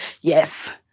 yes